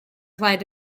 applied